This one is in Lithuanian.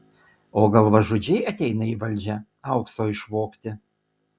o galvažudžiai ateina į valdžią aukso išvogti